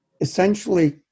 essentially